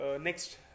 next